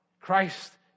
Christ